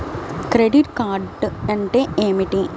Credit card అంటే ఏమిటి?